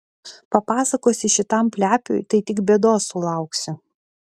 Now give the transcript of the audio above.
papasakosi šitam plepiui tai tik bėdos sulauksi